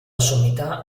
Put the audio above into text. sommità